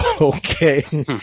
Okay